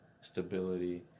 stability